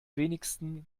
wenigsten